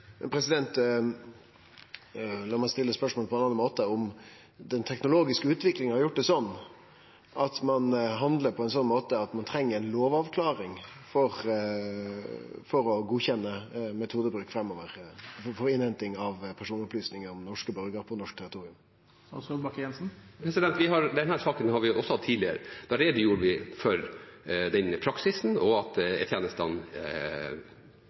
meg stille spørsmålet på ein annan måte: Har den teknologiske utviklinga gjort det slik at ein handlar på ein slik måte at ein treng ei lovavklaring for å godkjenne metodebruk framover for innhenting av personopplysningar om norske borgarar på norsk territorium? Denne saken har vi også hatt tidligere. Da redegjorde vi for den praksisen og for at E-tjenesten har hjemmel i gjeldende lov for den praksisen